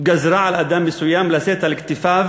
גזרה על אדם מסוים לשאת על כתפיו